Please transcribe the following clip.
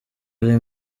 ari